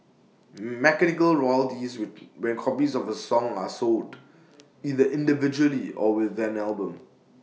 mechanical royalties when copies of A song are sold either individually or with an album